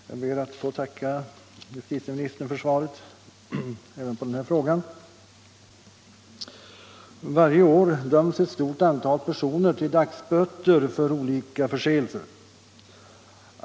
Herr talman! Jag ber att få tacka justitieministern för svaret även på denna fråga. Varje år döms ett stort antal personer till dagsböter för olika förseelser.